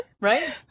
right